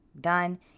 done